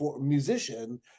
musician